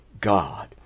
God